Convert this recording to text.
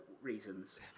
reasons